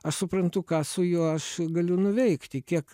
aš suprantu ką su juo aš galiu nuveikti kiek